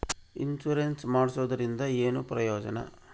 Insurance ಮಾಡ್ಸೋದರಿಂದ ಏನು ಪ್ರಯೋಜನ?